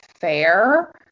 fair